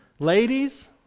Ladies